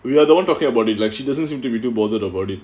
we are the [one] talking about it like she doesn't seem to be too bothered about it